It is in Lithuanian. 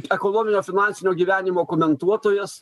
ekonominio finansinio gyvenimo komentuotojas